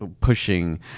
pushing